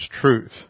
truth